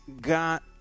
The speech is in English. got